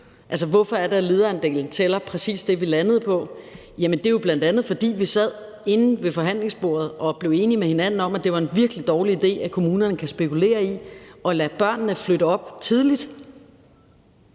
Hvorfor er det, at lederandelen tæller præcis det, vi landede på? Det er jo, bl.a. fordi vi sad inde ved forhandlingsbordet og blev enige med hinanden om, at det er en virkelig dårlig idé, at kommunerne kan spekulere i at lade børnene flytte op tidligt.